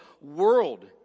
world